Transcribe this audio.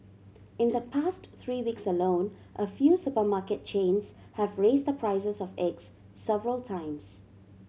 in the past three weeks alone a few supermarket chains have raised the prices of eggs several times